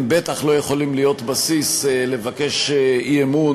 הם בטח לא יכולים להיות בסיס לבקש אי-אמון